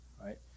right